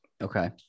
Okay